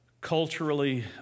culturally